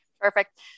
Perfect